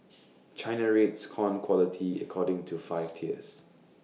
China rates corn quality according to five tiers